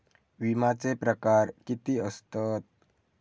विमाचे प्रकार किती असतत?